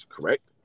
correct